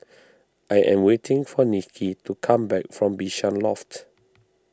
I am waiting for Nicky to come back from Bishan Loft